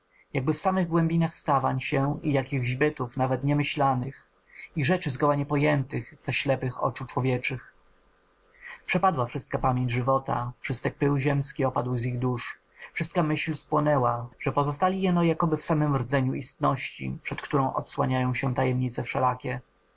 jakby w samych głębiach stawań się i jakichś bytów nawet niemyślanych i rzeczy zgoła niepojętych dla ślepych oczu człowieczych przepadła wszystka pamięć żywota wszystek pył ziemski opadł z ich dusz wszystka myśl spłonęła że pozostali jeno jakoby w samym rdzeniu istności przed którą odsłaniają się tajemnice wszelkie